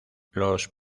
los